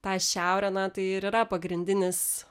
ta šiaurė na tai ir yra pagrindinis